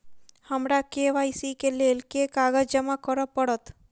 हमरा के.वाई.सी केँ लेल केँ कागज जमा करऽ पड़त?